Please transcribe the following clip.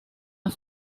sus